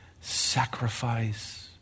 sacrifice